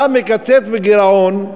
אתה מקצץ בגירעון,